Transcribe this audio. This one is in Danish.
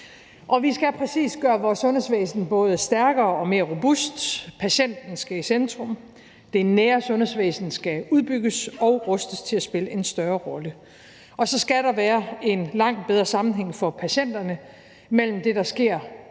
Vi skal præcis gøre vores sundhedsvæsen både stærkere og mere robust. Patienten skal i centrum. Det nære sundhedsvæsen skal udbygges og rustes til at spille en større rolle. Og så skal der være en langt bedre sammenhæng for patienterne mellem det, der sker